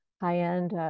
high-end